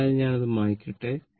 അതിനാൽ ഞാൻ അത് മായ്ക്കട്ടെ